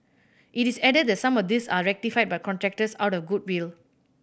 it is added that some of these are rectified by contractors out of goodwill